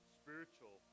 spiritual